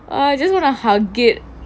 I just wanna hug it